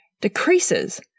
decreases